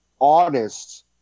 honest